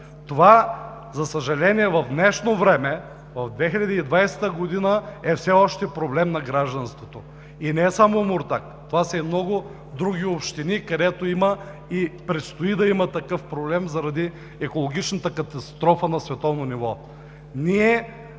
Това, за съжаление, в днешно време – 2020 г., е все още проблем на гражданството, и не е само Омуртаг. Това са и много други общини, където има и предстои да има такъв проблем заради екологичната катастрофа на световно ниво.